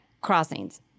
crossings